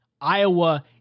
Iowa